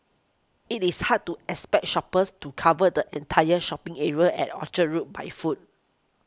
it is hard to expect shoppers to cover the entire shopping area at Orchard Road by foot